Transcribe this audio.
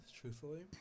truthfully